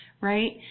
right